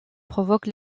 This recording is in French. provoque